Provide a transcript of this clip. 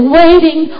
waiting